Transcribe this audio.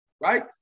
right